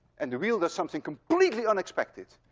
and the wheel does something completely unexpected.